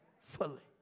fully